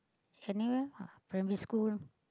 anywhere lah primary school